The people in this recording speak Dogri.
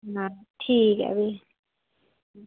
ठीक ऐ फ्ही